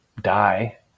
die